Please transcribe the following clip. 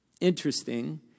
Interesting